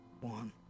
one